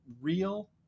real